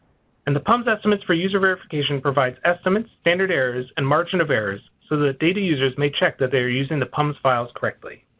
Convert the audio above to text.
and the pums estimates for user verification provides estimates, standard errors and margin of errors so that data users may check that they are using the pums files correctly.